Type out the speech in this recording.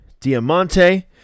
Diamante